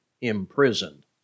imprisoned